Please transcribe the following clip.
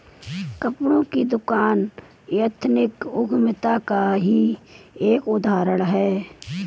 कपड़ों की दुकान एथनिक उद्यमिता का ही एक उदाहरण है